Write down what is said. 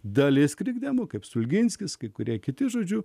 dalis krikdemų kaip stulginskis kai kurie kiti žodžiu